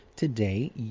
Today